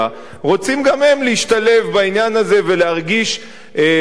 רוצים גם הם להשתלב בעניין הזה ולהרגיש שווים